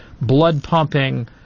blood-pumping